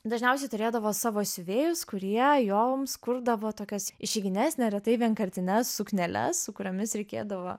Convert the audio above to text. dažniausiai turėdavo savo siuvėjus kurie joms kurdavo tokias išeigines neretai vienkartines sukneles su kuriomis reikėdavo